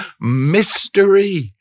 mystery